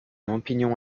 opinion